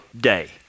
day